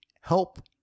help